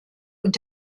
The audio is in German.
und